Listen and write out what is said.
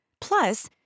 Plus